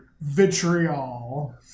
vitriol